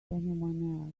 anyone